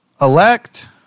Elect